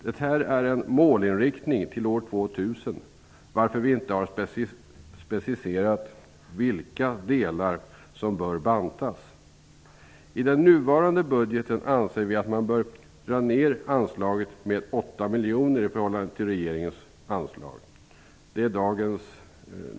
Detta är en målinriktning till år 2000, varför vi inte har specifierat vilka delar som bör bantas. Vi anser att man i den nuvarande budgeten bör dra ner anslaget med 8 miljoner i förhållande till regeringens förslag.